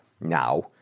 now